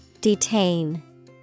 Detain